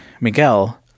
Miguel